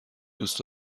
دوست